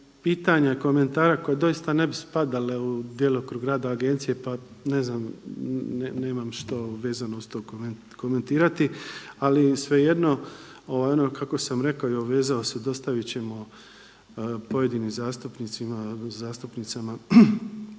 pitanja, komentara koja doista ne bi spadale u djelokrug rada agencije pa ne znam, nemam što vezano uz to komentirati, ali svejedno ono kako sam rekao i obvezao se, dostaviti ćemo pojedinim zastupnicima, zastupnicama